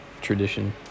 Tradition